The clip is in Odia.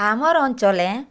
ଆମର୍ ଅଞ୍ଚଲେ